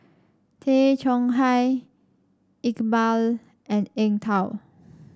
Tay Chong Hai Iqbal and Eng Tow